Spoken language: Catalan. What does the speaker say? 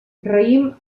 raïm